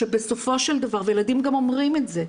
שבסופו של דבר וילדים גם אומרים את זה,